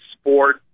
sport